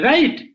Right